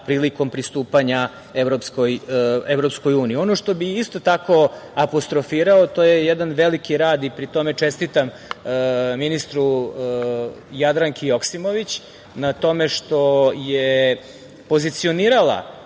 prilikom pristupanja EU.Ono što bi isto tako apostrofirao, to je jedan veliki rad i pri tome čestitam ministru Jadranki Joksimović, na tome što je pozicionirala